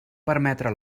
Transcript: permetre